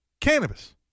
Cannabis